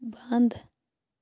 بنٛد